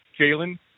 Jalen